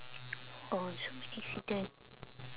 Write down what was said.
orh so many accident